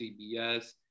CBS